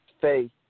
Faith